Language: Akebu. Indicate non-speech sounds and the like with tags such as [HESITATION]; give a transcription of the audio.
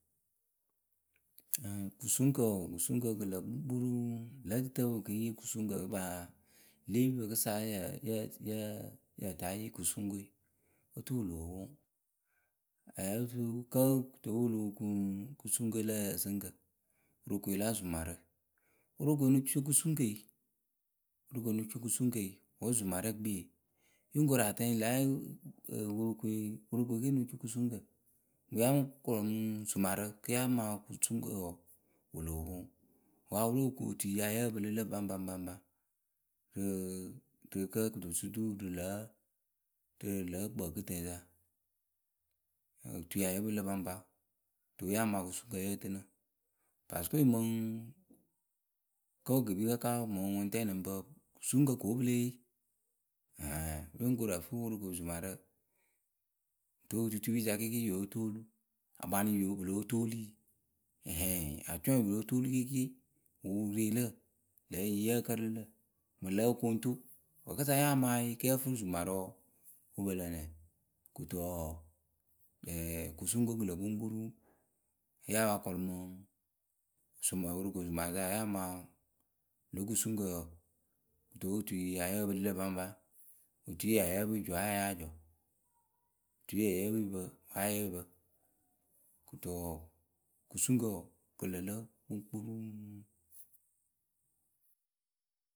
[HESITATION] Kusuŋkǝ wǝǝ, kusuŋkǝ kɨ lǝ kpuŋkpuruŋ. Lǝ̌ ǝtɨtǝpǝ pɨ ke ŋ yee kusuŋkǝ paa le epimǝpɨ sa yǝ tɨ ya yée yee kusuŋkǝ we. Oturu wǝ loo poŋ Kǝ́ kɨto wǝ́ wǝ lo po kuŋ kusuŋkǝ lǝ ǝsɨŋkǝ? Worokoe la zʊmarǝ, Wworokoe ŋ no co kusuŋkǝe worokoe ŋ no co kusuŋke wǝ́ zʊmarǝ gbie. Yǝ ŋ koru atɛŋ ŋlǝ ya ǝ worokoe worokoe ke ŋ no co kusuŋkǝ kɨ la mɨ kɔlʊ mɨ zɔmarǝ kɨ la maa kusuŋkǝ wǝǝ wǝ loo poŋ. Wǝ́ wǝ ya lóo kuŋ otui ya yǝ pɨlɨ lǝ baŋpabaŋpa rǝ kǝ́ ɨto surtout rǝ lǝ̌ wǝ loo poŋ rǝ lǝ̌ kpǝǝkɨtǝǝ sa. Otui ya yǝ́ǝ pɨlɨ lǝ baŋpa tuwe ya maa kusuŋkǝ yǝ tɨnɨ parceque mǝŋ kǝ́ wǝ ke kpii kaka mǝŋ ŋʊŋtɛ lǝŋ pǝ kusuŋkǝ ko wǝ́ pǝ lée yee. Yǝ ŋ koru ǝ fɨ worokoŋzʊmarǝ rǝ otutupiyǝ sa kɩɩkɩɩ yóo toolu, akpanɨyǝ o pɨ lóo toolu yǝ acɔŋ yóo toolu kɩɩkɩɩ wǝ wǝ re lǝ yǝ yǝ́ǝ kǝǝnɨ lǝ mɨ lǒ koŋto. Wǝ́ kɨsa ya maa yǝ kɨ yǝ fɨ zʊmarǝ wɔɔ, kɨ wǝ pǝ lǝ nɛ? Kɨto wɔɔ, kusuŋkǝ kɨ lǝ kpuŋkpuruŋ. Mǝŋ ya pa kɔlʊ mɨ sʊma worokoe kɨmaakɨ paa ya maa lǒ kusuŋkǝ wɔɔ, kɨto otui ya yǝ́ǝ pɨlɨ lǝ baŋpa. Otui ya yǝ́ǝ pɨ yǝ jɔ wǝ́ ya yáa jɔ. Otuie ya yǝ́ǝ pɨ yǝ pǝ wǝ́ ya yǝ́ǝ pǝ. kɨto wɔɔ kusuŋkǝ wɔɔ kɨ lǝ lǝ kpuŋkpuruŋ.